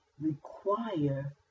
require